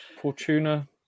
Fortuna